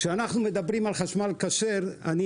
כאשר אנחנו מדברים על חשמל כשר אני